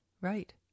Right